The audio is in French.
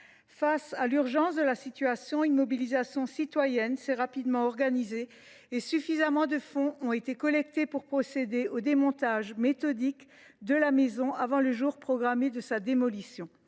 Face à l’urgence de la situation, une mobilisation citoyenne s’est rapidement organisée, et suffisamment de fonds ont été collectés pour procéder au démontage méthodique de la maison avant le jour programmé de sa démolition.